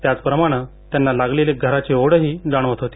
त्याचप्रमाणं त्यांना लागलेली घराची ओढही जाणवत होती